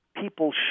people